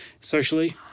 socially